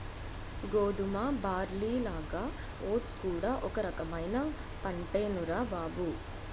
గోధుమ, బార్లీలాగా ఓట్స్ కూడా ఒక రకమైన పంటేనురా బాబూ